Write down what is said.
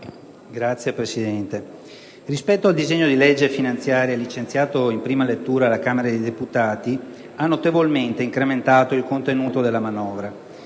Signor Presidente, rispetto al disegno di legge finanziaria licenziato in prima lettura, la Camera dei deputati ha notevolmente incrementato il contenuto della manovra.